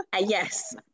yes